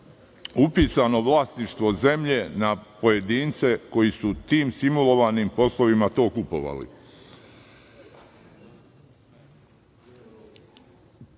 upisano vlasništvo zemlje na pojedince koji su tim simulovanim poslovima to kupovali. Prvo